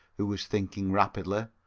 who was thinking rapidly,